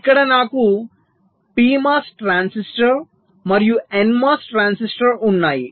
ఇక్కడ నాకు PMOS transistor మరియు NMOS ట్రాన్సిస్టర్ ఉన్నాయి